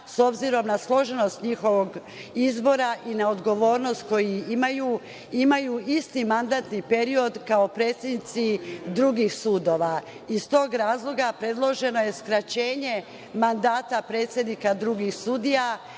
s obzirom na složenost njihovog izbora i neodgovornost koju imaju, imaju isti mandatni period kao predsednici drugih sudova. Iz tog razloga predloženo je skraćenje mandata predsednika drugih sudija